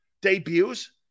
debuts